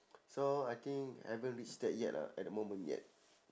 so I think haven't reach that yet lah at the moment yet